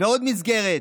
ועוד מסגרת,